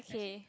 okay